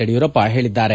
ಯಡಿಯೂರಪ್ಪ ಹೇಳಿದ್ದಾರೆ